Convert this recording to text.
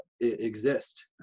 exist